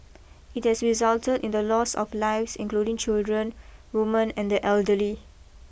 it has resulted in the loss of lives including children women and the elderly